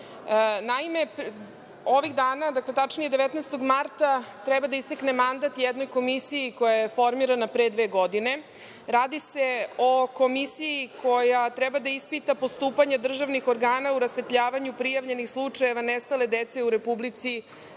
pravde. Naime, ovih dana, tačnije 19. marta treba da istekne mandat jednoj komisiji koja je formirana pre dve godine. Radi se o komisiji koja treba da ispita postupanje državnih organa u rasvetljavanju prijavljenih slučajeva nestale dece u Republici